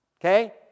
Okay